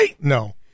No